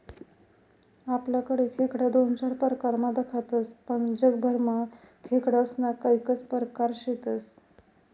आपलाकडे खेकडा दोन चार परकारमा दखातस पण जगभरमा खेकडास्ना कैकज परकार शेतस